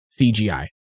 CGI